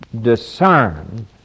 discern